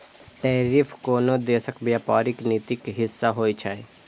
tariff कोनो देशक व्यापारिक नीतिक हिस्सा होइ छै